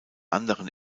anderen